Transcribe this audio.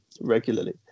regularly